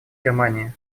германии